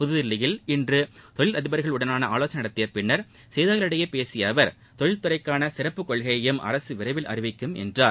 புதுதில்லியில் இன்று தொழிலதிபா்களுடன் ஆலோசனை நடத்திய பின் செய்தியாளா்களிடம் பேசிய அவா் தொழில் துறைக்கான சிறப்புக் கொள்கையும் அரசு விரைவில் அறிவிக்கும் என்றார்